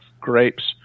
grapes